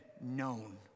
known